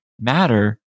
matter